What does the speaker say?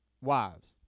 wives